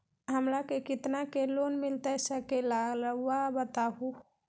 हमरा के कितना के लोन मिलता सके ला रायुआ बताहो?